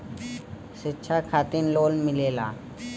शिक्षा खातिन लोन मिलेला?